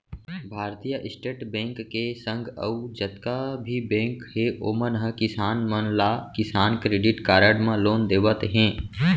भारतीय state bank के संग अउ जतका भी बेंक हे ओमन ह किसान मन ला किसान क्रेडिट कारड म लोन देवत हें